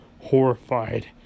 horrified